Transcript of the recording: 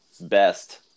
best